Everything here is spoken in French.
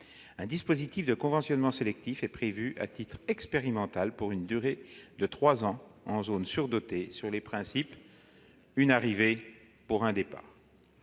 un dispositif de conventionnement sélectif est prévu, à titre expérimental, pour une durée de trois ans en zones surdotées, selon le principe d'une arrivée pour un départ.